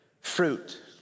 fruit